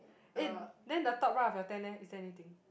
eh then the top right of your tent leh is there anything